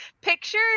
picture